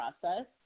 process